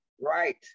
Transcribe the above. right